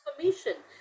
transformation